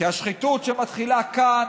כי השחיתות שמתחילה כאן,